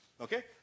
Okay